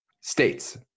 states